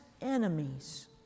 enemies